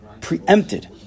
preempted